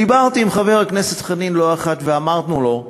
דיברתי עם חבר הכנסת חנין לא אחת, ואמרתי לו,